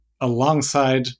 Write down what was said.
alongside